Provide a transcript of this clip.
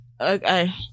okay